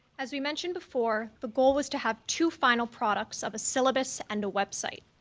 as we mentioned before, the goal was to have two final products of a syllabus and a website.